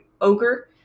ogre